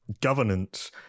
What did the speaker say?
governance